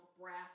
brass